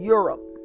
Europe